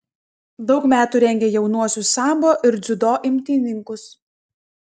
daug metų rengė jaunuosius sambo ir dziudo imtynininkus